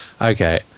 okay